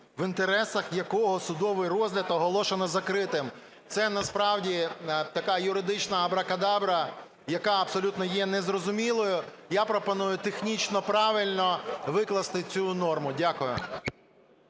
в інтересах якого судовий розгляд оголошено закритим. Це, насправді така юридична абракадабра, яка абсолютно є незрозумілою. Я пропоную технічно правильно викласти цю норму. Дякую.